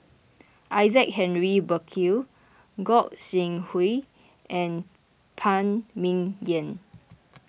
Isaac Henry Burkill Gog Sing Hooi and Phan Ming Yen